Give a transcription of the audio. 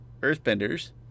Earthbenders